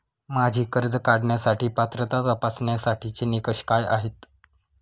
माझी कर्ज काढण्यासाठी पात्रता तपासण्यासाठीचे निकष काय आहेत?